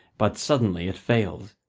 but suddenly it fails.